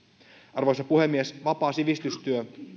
arvoisa puhemies vapaa sivistystyö